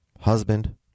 husband